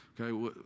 Okay